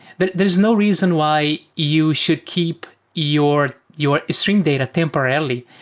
but there is no reason why you should keep your your streamed data temporarily.